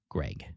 Greg